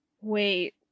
Wait